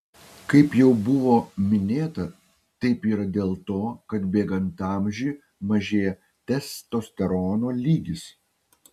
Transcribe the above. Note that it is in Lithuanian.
kaip jau buvo minėta taip yra dėl to kad bėgant amžiui mažėja testosterono lygis